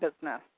business